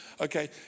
Okay